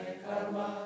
karma